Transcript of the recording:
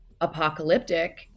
apocalyptic